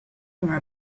nor